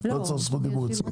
לא צריך זכות דיבור אצלי,